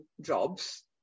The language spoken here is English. jobs